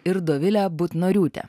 ir dovilė butnoriūtė